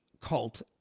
cult